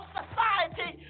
society